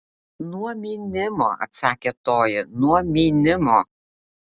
nuo mynimo atsakė toji nuo mynimo